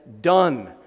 done